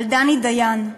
על דני דיין.